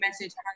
message